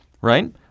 right